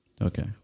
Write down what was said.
okay